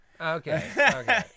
Okay